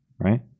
right